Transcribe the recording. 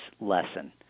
lesson